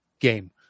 game